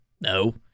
No